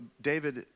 David